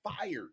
fired